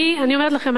אני אומרת לכם,